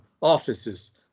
offices